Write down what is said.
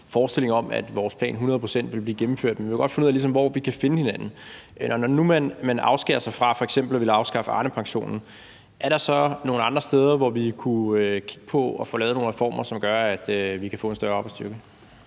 forestilling om, at vores plan ville blive gennemført et hundrede procent, men vi vil gerne finde ud af, hvor vi ligesom kan finde hinanden. Når man nu afskærer sig fra f.eks. at afskaffe Arnepensionen, er der så nogle andre steder, som vi kunne kigge på, og hvor vi kunne få lavet nogle reformer, som gør, at vi kan få en større arbejdsstyrke?